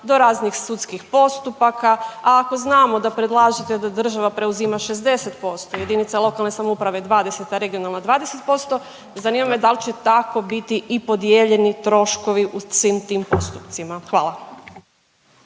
do raznih sudskih postupaka, a ako znamo da predlažete da država preuzima 60%, jedinice lokalne samouprave 20, a regionalna 20%, zanima me da li će tako biti i podijeljeni troškovi u svim tim postupcima? Hvala.